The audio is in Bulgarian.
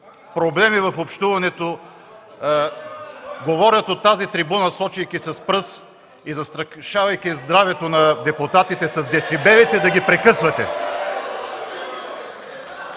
проблеми в общуването говорят от тази трибуна, сочейки с пръст и застрашавайки здравето на депутатите с децибелите, да ги прекъсвате.